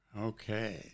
Okay